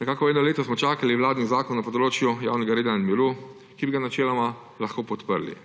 nekako eno leto smo čakali vladni zakon na področju javnega reda in miru, ki bi ga načeloma lahko podprli,